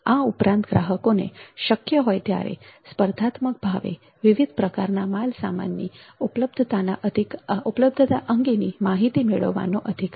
આ ઉપરાંત ગ્રાહકોને શક્ય હોય ત્યારે સ્પર્ધાત્મક ભાવે વિવિધ પ્રકારના માલસામાનની ઉપલબ્ધતા અંગેની માહિતી મેળવવાનો અધિકાર